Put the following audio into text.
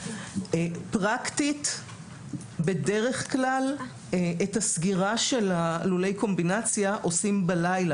פרקטית בדרך כלל את הסגירה של לולי הקומבינציה עושים בלילה,